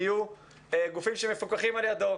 יהיו גופים שמפוקחים על ידו.